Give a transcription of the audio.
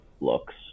looks